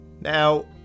Now